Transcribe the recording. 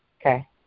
Okay